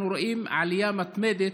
אנחנו רואים עלייה מתמדת,